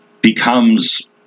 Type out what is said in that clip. becomes